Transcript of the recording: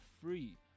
free